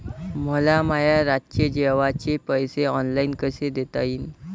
मले माया रातचे जेवाचे पैसे ऑनलाईन कसे देता येईन?